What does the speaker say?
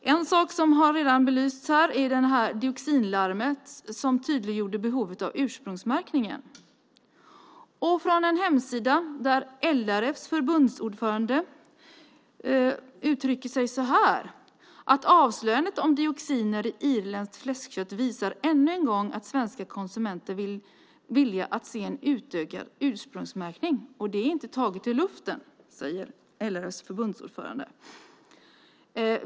En sak som redan har belysts här är dioxinlarmet som tydliggjorde behovet av ursprungsmärkning. På en hemsida uttrycker sig LRF:s förbundsordförande så här: Avslöjandet om dioxiner i irländskt fläskkött visar ännu en gång att svenska konsumenter är villiga att se en utökad ursprungsmärkning. Och det är inte taget ur luften, säger LRF:s förbundsordförande.